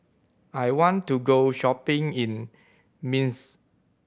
I want to go shopping in Minsk